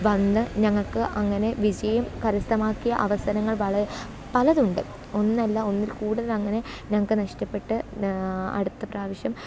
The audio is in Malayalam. വന്ന് ഞങ്ങൾക്ക് അങ്ങനെ വിജയം കരസ്ഥമാക്കിയ അവസരങ്ങള് പല പലതുണ്ട് ഒന്നല്ല ഒന്നില് കൂടുതല് അങ്ങനെ ഞങ്ങൾക്ക് നഷ്ടപ്പെട്ട് അടുത്ത പ്രാവശ്യം